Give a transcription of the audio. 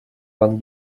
пан